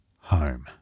Home